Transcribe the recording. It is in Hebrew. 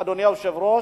אדוני היושב-ראש,